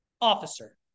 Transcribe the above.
officer